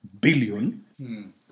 billion